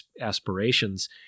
aspirations